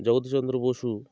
Jagadish Chandra Basu